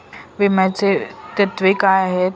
विम्याची तत्वे काय आहेत?